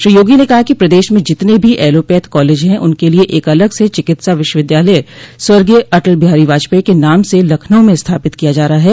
श्री योगी ने कहा कि प्रदेश में जितने भी एलापैथ कॉलेज है उनके लिये एक अलग से चिकित्सा विश्वविद्यालय स्वर्गीय अटल बिहारी वाजपेई के नाम से लखनऊ में स्थापित किया जा रहा है